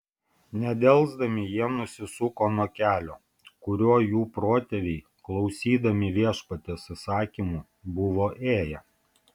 nedelsdami jie nusisuko nuo kelio kuriuo jų protėviai klausydami viešpaties įsakymų buvo ėję